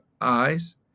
eyes